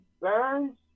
Burns